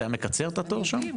זה היה מקצר את התור שם?